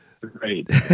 Great